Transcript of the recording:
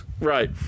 Right